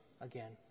again